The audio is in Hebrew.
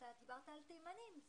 אתה דיברת על תימנים,